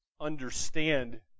understand